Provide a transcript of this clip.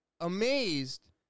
amazed